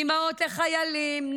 אימהות לחיילים,